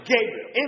Gabriel